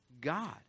God